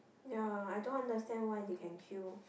ya I don't understand why they can queue